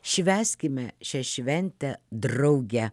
švęskime šią šventę drauge